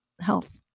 health